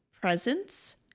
presence